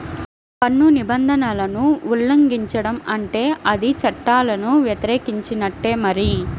పన్ను నిబంధనలను ఉల్లంఘించడం అంటే అది చట్టాలను వ్యతిరేకించినట్టే మరి